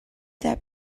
that